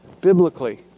biblically